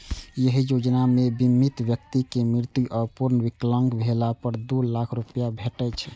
एहि योजना मे बीमित व्यक्ति के मृत्यु या पूर्ण विकलांग भेला पर दू लाख रुपैया भेटै छै